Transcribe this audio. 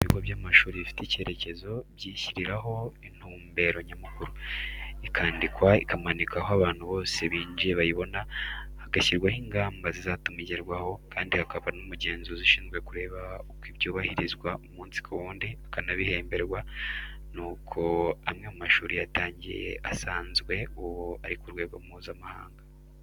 Ibigo by'amashuri bifite icyerekezo, byishyiriraho intumbero nyamukuru, ikandikwa, ikamanikwa aho abantu bose binjiye bayibona, hagashyirwaho ingamba zizatuma igerwaho, kandi hakaba n'umugenzuzi ushinzwe kureba uko byubahirizwa umunsi ku wundi akanabihemberwa, nuko amwe mu mashuri yatangiye asanzwe ubu ari ku rwego Mpuzamahanga.